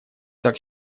так